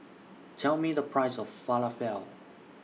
Tell Me The Price of Falafel